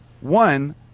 One